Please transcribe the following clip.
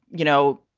you know,